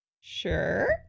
Sure